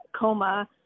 coma